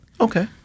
Okay